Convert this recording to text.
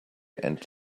and